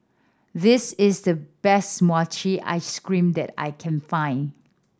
this is the best mochi ice cream that I can find